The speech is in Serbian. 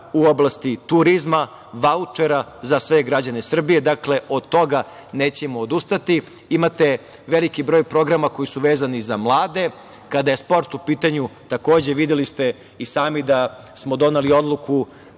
u oblasti turizma, vaučera za sve građane Srbije, od toga nećemo odustati. Imate veliki broj programa koji su vezani za mlade, kada je sport u pitanju takođe ste videli i sami da smo doneli odluku